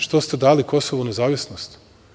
Što ste dali Kosovu nezavisnost?